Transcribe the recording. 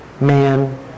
man